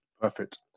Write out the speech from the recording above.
Perfect